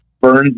burns